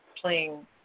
playing